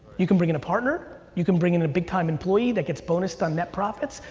you can bring in a partner, you can bring in a big time employee that gets bonus on net profits.